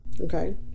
Okay